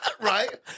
right